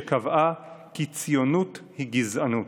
שקבעה כי ציונות היא גזענות.